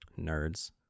Nerds